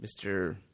Mr